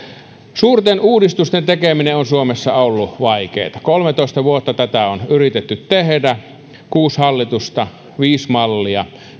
suurten uudistusten tekeminen on suomessa ollut vaikeaa kolmetoista vuotta tätä on yritetty tehdä kuusi hallitusta viisi mallia